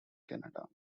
canada